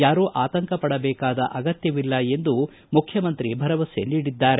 ಯಾರೂ ಆತಂಕಪಡಬೇಕಾದ ಅಗತ್ತವಿಲ್ಲ ಎಂದು ಮುಖ್ಯಮಂತ್ರಿ ಭರವಸೆ ನೀಡಿದ್ದಾರೆ